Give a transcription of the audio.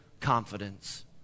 confidence